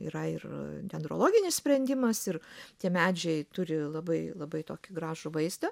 yra ir dendrologinis sprendimas ir tie medžiai turi labai labai tokį gražų vaizdą